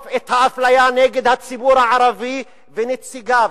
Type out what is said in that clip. את האפליה נגד הציבור הערבי ונציגיו,